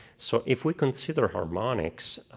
so if we consider harmonics